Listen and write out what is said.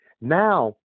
Now